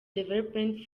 development